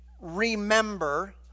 remember